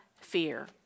fear